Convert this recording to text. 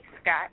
Scott